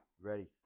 Ready